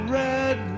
red